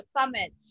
summit